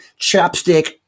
chapstick